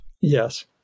yes